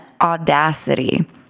audacity